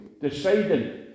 deciding